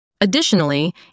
Additionally